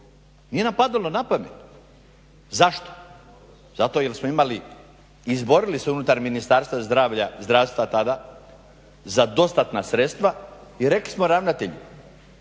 nije nam padalo na pamet. Zašto? Zato jel smo imali i izborili se unutar Ministarstva zdravlja, zdravstva tada za dostatna sredstva i rekli smo ravnatelju